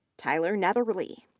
tyler netherly,